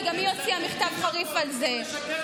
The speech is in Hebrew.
כי גם היא הוציאה מכתב חריף על זה.